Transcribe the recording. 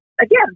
again